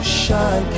shine